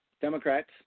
Democrats